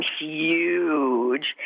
huge